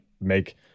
make